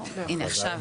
בשירות